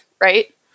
right